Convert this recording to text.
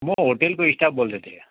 म होटलको स्टाफ बोलिरहेको थिएँ यहाँ